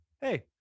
hey